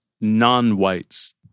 non-whites